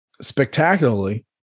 spectacularly